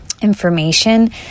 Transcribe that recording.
information